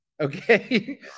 Okay